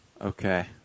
okay